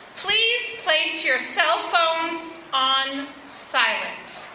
please place your cell phones on silent.